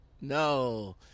No